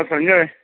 Sanjay